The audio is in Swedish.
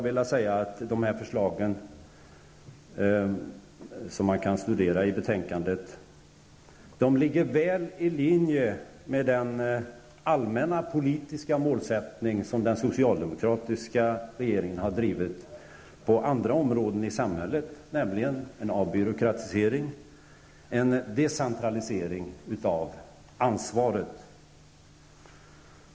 Dessa förslag, som man kan studera i betänkandet, ligger väl i linje med den allmänna politiska målsättning som den socialdemokratiska regeringen har drivit på andra områden i samhället, nämligen en avbyråkratisering och en decentralisering av ansvaret.